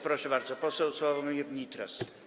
Proszę bardzo, poseł Sławomir Nitras.